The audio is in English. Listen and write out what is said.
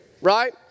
right